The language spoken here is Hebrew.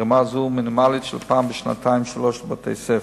ברמה מינימלית של פעם בשנתיים בבתי-הספר.